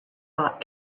bought